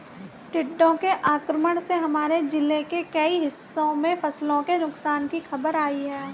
टिड्डों के आक्रमण से हमारे जिले के कई हिस्सों में फसलों के नुकसान की खबर आई है